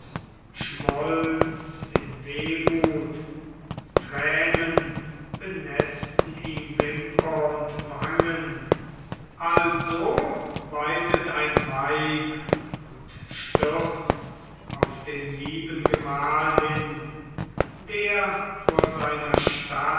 schmolz in wehmut tränen benetzten ihm wimpern und wangen also weinet ein weib und stürzt auf den lieben gemahl hin der vor seiner